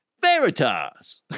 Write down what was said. Veritas